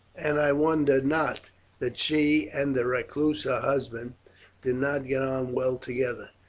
and i wonder not that she and the recluse her husband did not get on well together.